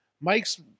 Mike's